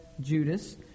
Judas